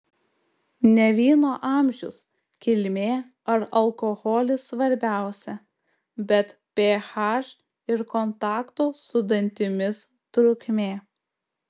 ne vyno amžius kilmė ar alkoholis svarbiausia bet ph ir kontakto su dantimis trukmė